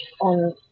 on